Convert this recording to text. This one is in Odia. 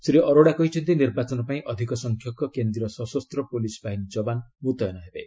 ଶ୍ରୀ ଅରୋଡା କହିଛନ୍ତି ନିର୍ବାଚନ ପାଇଁ ଅଧିକ ସଂଖ୍ୟକ କେନ୍ଦ୍ରୀୟ ସଶସ୍ତ ପୋଲିସ୍ ବାହିନୀ ଯବାନ ମୁତୟନ ହେବେ